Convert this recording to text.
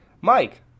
Mike